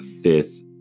fifth